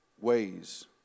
ways